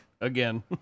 again